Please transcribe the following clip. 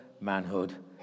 manhood